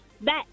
Bet